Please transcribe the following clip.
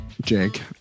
Jake